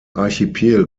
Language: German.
archipel